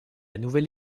nouvelle